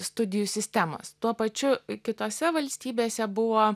studijų sistemos tuo pačiu kitose valstybėse buvo